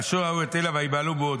וכאשר ראו את אלה וייבהלו מאוד.